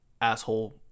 asshole